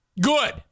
good